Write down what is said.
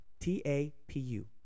T-A-P-U